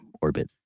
orbit